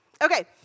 Okay